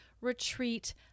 retreat